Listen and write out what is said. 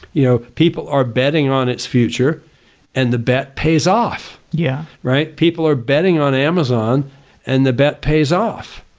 you know, people are betting on its future and the bet pays off, yeah right? people are betting on amazon and the bet pays off.